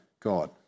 God